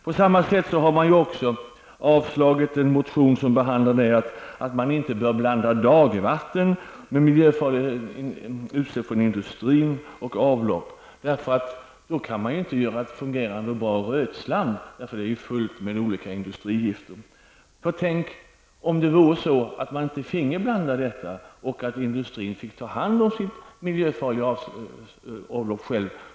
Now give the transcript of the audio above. På samma sätt har man avstyrkt en motion som handlar om att man inte bör blanda dagvatten med utsläpp från industrin och avlopp. Anledningen till det är att man då inte kan göra ett fungerande och bra rötslam, för det är fullt av olika industrigifter. Tänk om man inte finge blanda detta, utan att industrin finge ta hand om sitt miljöfarliga avlopp själv.